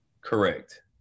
Correct